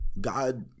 God